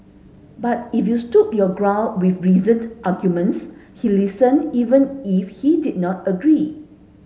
but if you stood your ground with reasoned arguments he listen even if he did not agree